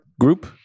group